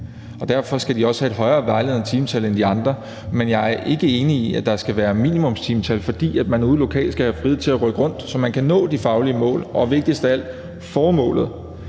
og derfor skal de også have et højere vejledende timetal end de andre. Men jeg er ikke enig i, at der skal være minimumstimetal, fordi man ude lokalt skal have frihed til at rykke rundt, så man kan nå de faglige mål, og – vigtigst af alt – formålet.